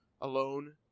alone